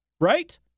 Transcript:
right